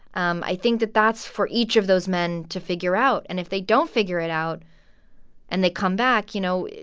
um i think that that's for each of those men to figure out and if they don't figure it out and they come back, you know,